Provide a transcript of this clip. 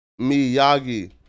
miyagi